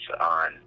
on